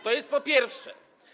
To jest po pierwsze.